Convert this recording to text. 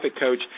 Coach